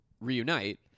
reunite